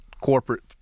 corporate